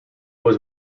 was